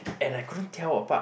and I couldn't tell apart